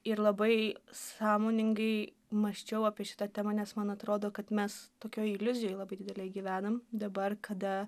ir labai sąmoningai mąsčiau apie šitą temą nes man atrodo kad mes tokioj iliuzijoj labai didelėj gyvenam dabar kada